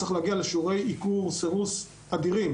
צריך להגיע לשיעורי עיקור-סירוס אדירים,